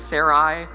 Sarai